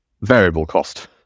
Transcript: variable-cost